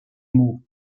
mots